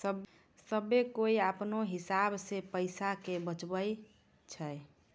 सभ्भे कोय अपनो हिसाब से पैसा के बचाबै छै